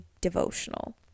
devotional